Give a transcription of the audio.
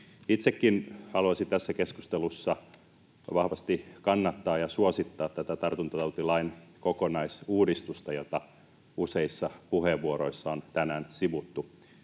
Itsekin haluaisin tässä keskustelussa vahvasti kannattaa ja suosittaa tätä tartuntatautilain kokonaisuudistusta, jota useissa puheenvuoroissa on tänään sivuttu.